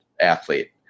athlete